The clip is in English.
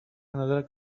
another